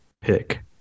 pick